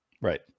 Right